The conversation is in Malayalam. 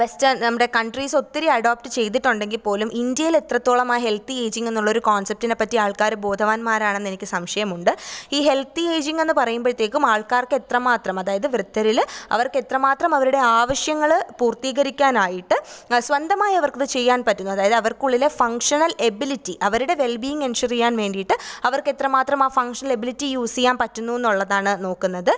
വെസ്റ്റേൺ നമ്മുടെ കൺട്രീസ് ഒത്തിരി അഡോപ്റ്റ് ചെയ്തിട്ടുണ്ടെങ്കിൽ പോലും ഇന്ത്യയിൽ എത്രത്തോളം ആ ഹെൽത്തി എയ്ജിങ് എന്നുള്ള ഒരു കോൺസെപ്റ്റിനെ പറ്റി ആൾക്കാർ ബോധവാന്മാരാണെന്ന് എനിക്ക് സംശയമുണ്ട് ഈ ഹെൽത്തി എയ്ജിങ് എന്ന് പറയുമ്പോഴത്തേക്കും ആൾക്കാർക്ക് എത്രമാത്രം അതായത് വൃദ്ധരിൽ അവർക്ക് എത്രമാത്രം അവരുടെ ആവശ്യങ്ങൾ പൂർത്തീകരിക്കാനായിട്ട് സ്വന്തമായി അവർക്കത് ചെയ്യാൻ പറ്റുന്നു അതായത് അവർക്കുള്ളിലെ ഫംഗ്ഷണൽ എബിലിറ്റി അവരുടെ വെല്ബിയിങ്ങ് എൻഷുർ ചെയ്യാൻ വേണ്ടിയിട്ട് അവർക്ക് എത്രമാത്രം ആ ഫംഗ്ഷണൽ എബിലിറ്റി യൂസ് ചെയ്യാൻ പറ്റുന്നു എന്നുള്ളതാണ് നോക്കുന്നത്